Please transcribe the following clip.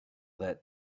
that